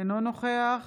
אינו נוכח